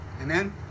Amen